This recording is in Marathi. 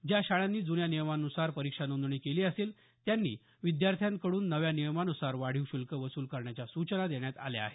ज्या शाळांनी जुन्या नियमानुसार परीक्षा नोंदणी केली असेल त्यांनी विद्यार्थ्यांकडून नव्या नियमान्सार वाढीव शुल्क वसूल करण्याच्या सूचना देण्यात आल्या आहेत